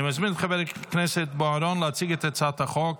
נעבור לנושא הבא על סדר-היום, הצעת חוק